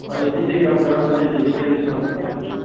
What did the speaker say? ꯀ꯭ꯋꯥꯂꯤꯇꯤꯗꯤ ꯀꯔꯝ ꯀꯔꯝꯕ ꯂꯩꯕꯤꯔꯤꯒꯦꯗꯨꯁꯨ ꯍꯥꯏꯐꯦꯠꯇꯪ